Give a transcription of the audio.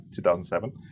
2007